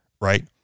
right